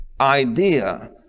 idea